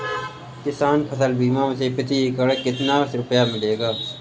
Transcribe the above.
किसान फसल बीमा से प्रति एकड़ कितना रुपया मिलेगा?